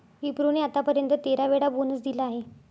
विप्रो ने आत्तापर्यंत तेरा वेळा बोनस दिला आहे